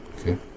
Okay